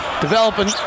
Developing